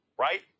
right